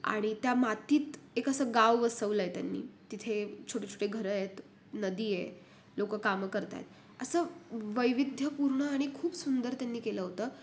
आणि त्या मातीत एक असं गाव वसवलं आहे त्यांनी तिथे छोटेछोटे घरं आहेत नदी आहे लोक कामं करतायत असं वैविध्यपूर्ण आणि खूप सुंदर त्यांनी केलं होतं